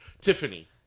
Tiffany